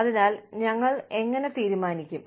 അതിനാൽ ഞങ്ങൾ എങ്ങനെ തീരുമാനിക്കും